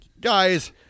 guys